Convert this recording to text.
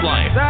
Life